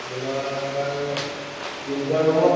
আপোনাৰ তিনিটা ৰুমত